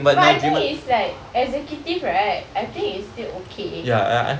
but I think it's like executive right I think it's still okay